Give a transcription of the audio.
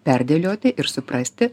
perdėlioti ir suprasti